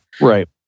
Right